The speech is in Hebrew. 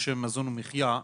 בשם "מזון ומחיה",